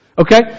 okay